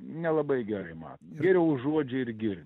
nelabai gerai mato geriau užuodžia ir girdi